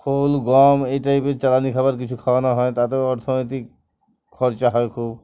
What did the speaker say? ফোল গম এই টাইপের চালানি খাবার কিছু খাওয়ানো হয় তাতেও অর্থনৈতিক খরচা হয় খুব